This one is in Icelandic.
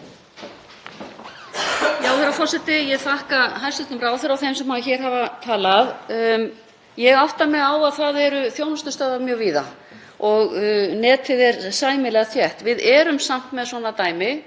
og netið er sæmilega þétt. Við erum samt með svona dæmi mjög víða, ekki bara á norðausturhorninu heldur líka á Vestfjörðum og annars staðar. Ég held að þetta sé eitthvað sem við þurfum að taka utan um.